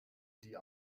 die